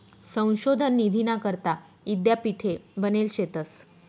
संशोधन निधीना करता यीद्यापीठे बनेल शेतंस